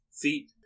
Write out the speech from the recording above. feet